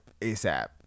ASAP